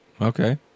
okay